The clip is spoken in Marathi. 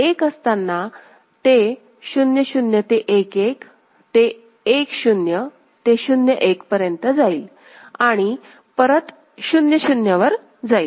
आणि हे एक असताना ते 0 0 ते 1 1 ते 1 0 ते 0 1 पर्यंत जाईल आणि परत 0 0 वर जाईल